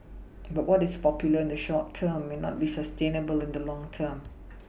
but what is popular in the short term may not be sustainable in the long term